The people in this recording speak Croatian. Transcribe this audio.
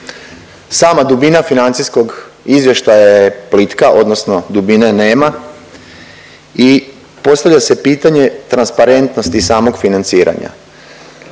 sama dubina financijskog izvještaja je plitka odnosno dubine nema i postavlja se pitanje transparentnosti samog financiranja.